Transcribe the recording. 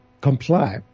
comply